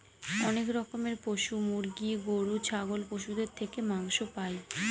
অনেক রকমের পশু মুরগি, গরু, ছাগল পশুদের থেকে মাংস পাই